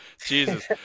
Jesus